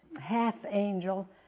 half-angel